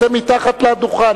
אתם ממש מתחת לדוכן.